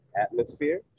atmosphere